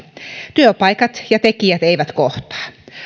työpaikat ja tekijät eivät kohtaa